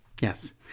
Yes